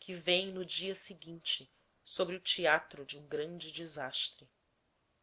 que vem no dia seguinte sobre o teatro de um grande desastre